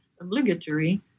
obligatory